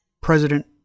President